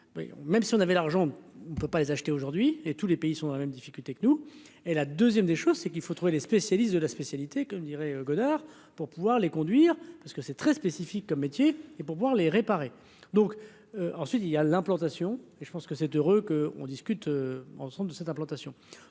même si on avait l'argent, on ne peut pas les acheter aujourd'hui et tous les pays sont dans la même difficulté que nous et la 2ème des choses c'est qu'il faut trouver les spécialistes de la spécialité, comme dirait Godard pour pouvoir les conduire parce que c'est très spécifique comme métier et pour voir les réparer, donc ensuite il y a l'implantation et je pense que cette heure que on discute ensemble de cette implantation,